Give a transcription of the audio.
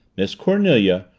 miss cornelia,